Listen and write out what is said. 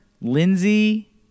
Lindsey